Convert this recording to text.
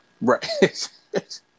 Right